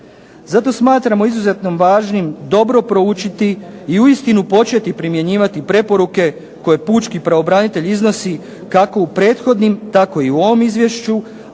Zato smatramo izuzetno važnim dobro proučiti i uistinu početi primjenjivati preporuke koje pučki pravobranitelj iznosi kako u prethodnim tako i u ovom izvješću,